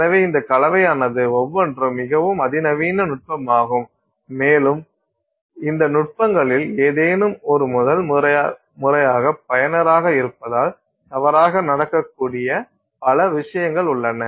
எனவே இந்த கலவையானது ஒவ்வொன்றும் மிகவும் அதிநவீன நுட்பமாகும் மேலும் இந்த நுட்பங்களில் ஏதேனும் ஒரு முதல் முறையாக பயனராக இருப்பதால் தவறாக நடக்கக்கூடிய பல விஷயங்கள் உள்ளன